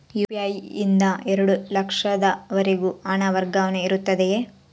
UPI ನಿಂದ ಎರಡು ಲಕ್ಷದವರೆಗೂ ಹಣ ವರ್ಗಾವಣೆ ಇರುತ್ತದೆಯೇ?